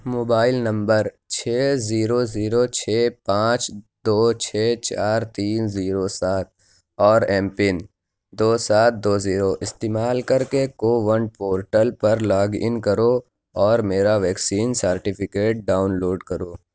mobile number چھ zero zero چھ پانچ دو چھ چار تین زیرو سات اور ایم پن دو سات دو زیرو استعمال کر کے کوون پورٹل پر لاگ ان کرو اور میرا ویکسین سرٹیفکیٹ ڈاؤن لوڈ کرو